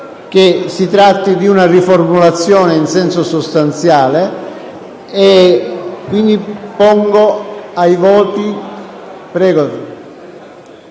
che si tratti di una riformulazione in senso sostanziale, e quindi procedo alla votazione.